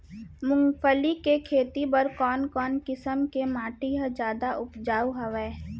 मूंगफली के खेती बर कोन कोन किसम के माटी ह जादा उपजाऊ हवये?